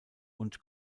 und